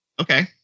okay